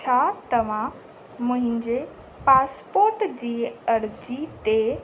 छा तव्हां मुहिंजे पासपोर्ट जी अर्जी ते